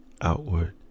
outward